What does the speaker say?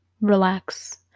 relax